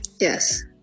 Yes